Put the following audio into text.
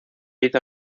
hizo